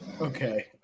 Okay